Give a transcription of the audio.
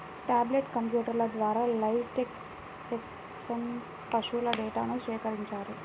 tablet కంప్యూటర్ల ద్వారా livestock census పశువుల డేటాను సేకరించారు